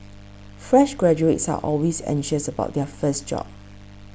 fresh graduates are always anxious about their first job